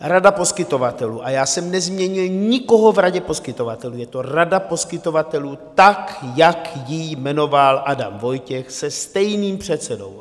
Rada poskytovatelů a já jsem nezměnil nikoho v radě poskytovatelů, je to rada poskytovatelů, tak jak ji jmenoval Adam Vojtěch, se stejným předsedou.